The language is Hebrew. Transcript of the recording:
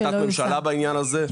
יש החלטת ממשלה בעניין הזה,